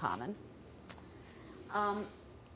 common